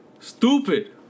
stupid